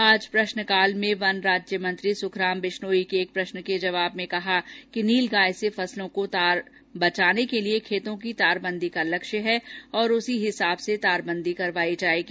आज प्रश्नकाल में वन राज्यमंत्री सुखराम बिश्नोई के एक प्रश्न के जवाब में कहा कि नीलगाय से फसलों को बचाने के लिए खेतों की तारबंदी का लक्ष्य है और उसी हिसाब से तारबंदी करवाई जाएगी